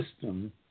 system